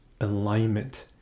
alignment